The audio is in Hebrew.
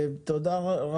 תודה.